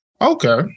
Okay